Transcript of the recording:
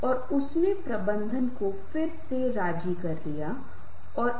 तो क्या कुछ गलत है और मुझे उसके बारे में बहुत बुरी राय नहीं बनानी चाहिए